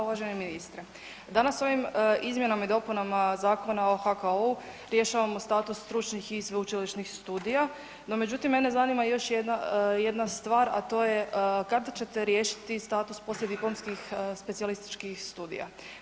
Uvaženi ministre, danas ovim izmjenama i dopunama Zakona o HKO-u rješavamo status stručnih i sveučilišnih studija no međutim mene zanima još jedna stvar a to je kada ćete riješiti status poslijediplomskih specijalističkih studija?